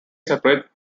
separate